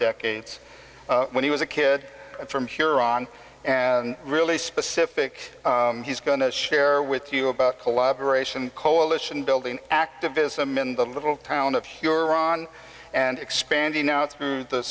decades when he was a kid from huron and really specific he's going to share with you about collaboration coalition building activism in the little town of huron and expanding out through the